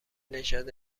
نژاد